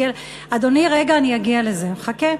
אדוני, רגע, אני אגיע לזה, חכה.